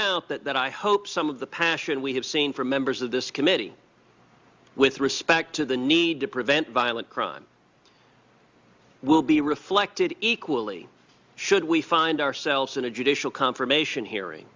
out that i hope some of the passion we have seen from members of this committee with respect to the need to prevent violent crime will be reflected equally should we find ourselves in a judicial confirmation hearing